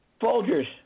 Folgers